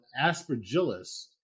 aspergillus